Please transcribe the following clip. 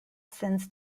since